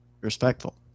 respectful